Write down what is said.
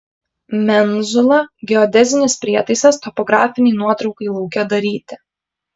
menzula geodezinis prietaisas topografinei nuotraukai lauke daryti